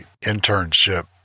internship